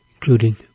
including